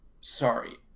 sorry